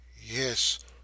yes